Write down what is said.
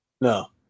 No